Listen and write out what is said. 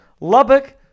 Lubbock